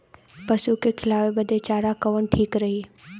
पशु के खिलावे बदे चारा कवन ठीक रही?